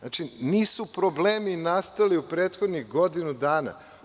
Nisu problemi nastali u prethodnih godinu dana.